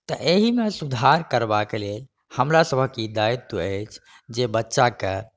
तऽ एहि मे सुधार करबाक लेल हमरा सभक ई दायित्व अछि जे बच्चाके